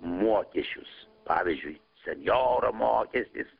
mokesčius pavyzdžiui senjoro mokestis